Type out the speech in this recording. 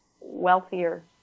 wealthier